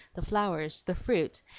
the flowers, the fruit,